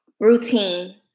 routine